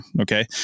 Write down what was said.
Okay